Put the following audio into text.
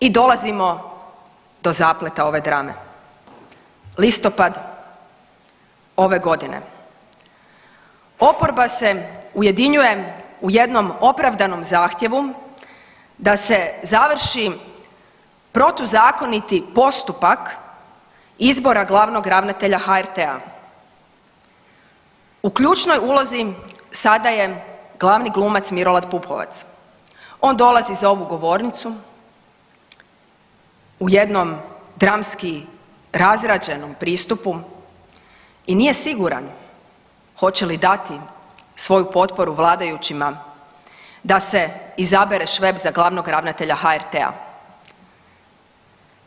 I dolazimo do zapleta ove drame, listopad ove godine oporba se ujedinjuje u jednom opravdanom zahtjevu da se završi protuzakoniti postupak izbora glavnog ravnatelja HRT-a u ključnoj ulozi sada je glavni glumac Milorad Pupovac on dolazi za ovu govornicu u jednom dramski razrađenom pristupu i nije siguran hoće li dati svoju potporu vladajućima da se izabere Šveb za glavnog ravnatelja HRT-a.